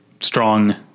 strong